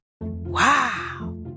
Wow